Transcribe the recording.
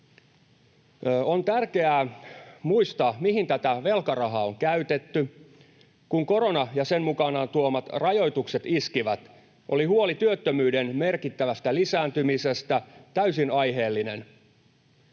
On tärkeää muistaa, mihin tätä velkarahaa on käytetty. Kun korona ja sen mukanaan tuomat rajoitukset iskivät, oli huoli työttömyyden merkittävästä lisääntymisestä täysin aiheellinen.